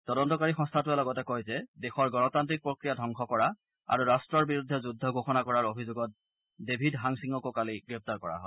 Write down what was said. তদস্তকাৰী সংস্থাটোৰে লগতে কয় যে দেশৰ গণতান্ত্ৰিক প্ৰক্ৰিয়া ধবংস কৰা আৰু ৰট্টৰ বিৰুদ্ধে যুদ্ধ ঘোষণা কৰাৰ অভিযোগত ডেভিড হাংছিঙকো কালি গ্ৰেপ্তাৰ কৰা হয়